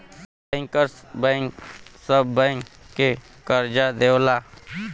bankers bank सब bank के करजा देवला